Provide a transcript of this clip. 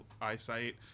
eyesight